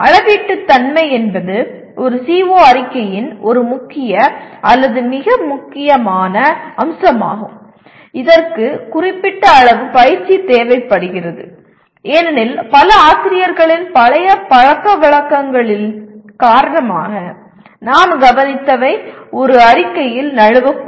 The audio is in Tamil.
அளவீட்டுத்தன்மை என்பது ஒரு CO அறிக்கையின் ஒரு முக்கிய அல்லது மிக முக்கியமான அம்சமாகும் இதற்கு குறிப்பிட்ட அளவு பயிற்சி தேவைப்படுகிறது ஏனெனில் பல ஆசிரியர்களின் பழைய பழக்கவழக்கங்களின் காரணமாக நாம் கவனித்தவை ஒரு அறிக்கையில் நழுவக்கூடும்